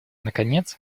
наконец